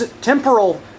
temporal